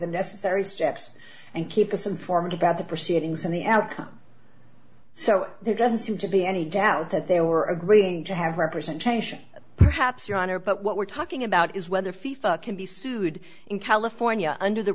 the necessary steps and keep us informed about the proceedings and the outcome so there doesn't seem to be any doubt that they were agreeing to have representation perhaps your honor but what we're talking about is whether fifa can be sued in california under the